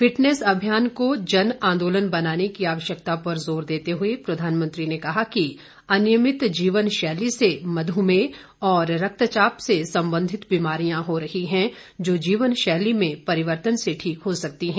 fitness अभियान को जन आंदोलन बनाने की आवश्यकता पर जोर देते हुए प्रधानमंत्री ने कहा कि अनियमित जीवन शैली से मध्मेह और रक्तचाप से संबंधित बीमारियां हो रही हैं जो जीवनशैली में परिवर्तन से ठीक हो सकती हैं